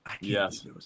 yes